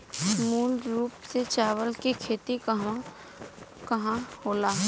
मूल रूप से चावल के खेती कहवा कहा होला?